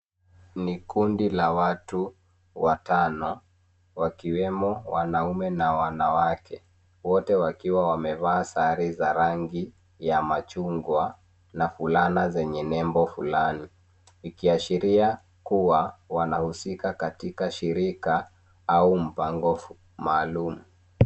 Ni kundi la watu watano, wakiwemo wanaume na wanawake, wote wakiwa wamevaa sare za rangi ya machungwa na fulana zenye nembo fulani, ikiashiria kuwa wanahusika katika shirika au mpango maalum.